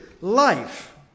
life